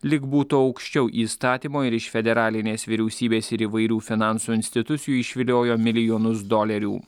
lyg būtų aukščiau įstatymo ir iš federalinės vyriausybės ir įvairių finansų institucijų išviliojo milijonus dolerių